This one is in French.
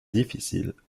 difficiles